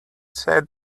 said